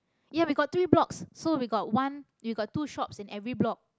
ya we got three blocks so we got one we got two shops in every block